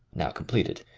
now com pleted,